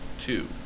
two